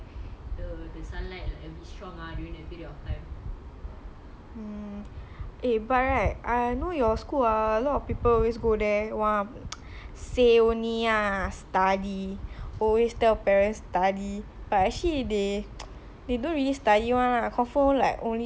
eh but right I know your school ah a lot of people just go there !wah! say only ah study always tell parents study but actually they don't really study [one] ah confirm like only merayap here merayap there then walk here walk there only you irritated or not